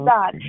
God